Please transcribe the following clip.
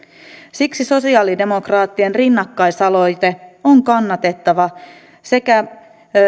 siksi sosialidemokraattien rinnakkaisaloite on kannatettava sekä